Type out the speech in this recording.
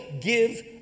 give